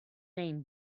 name